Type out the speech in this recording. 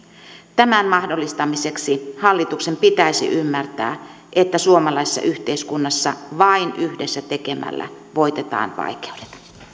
tämän mahdollistamiseksi hallituksen pitäisi ymmärtää että suomalaisessa yhteiskunnassa vain yhdessä tekemällä voitetaan vaikeudet